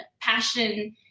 passion